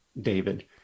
David